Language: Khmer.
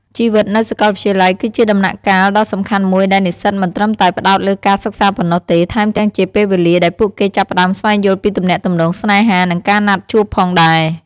ជីវិតនៅសកលវិទ្យាល័យ គឺជាដំណាក់កាលដ៏សំខាន់មួយដែលនិស្សិតមិនត្រឹមតែផ្តោតលើការសិក្សាប៉ុណ្ណោះទេ ថែមទាំងជាពេលវេលាដែលពួកគេចាប់ផ្ដើមស្វែងយល់ពីទំនាក់ទំនងស្នេហា និងការណាត់ជួបផងដែរ។